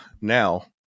now